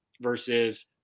versus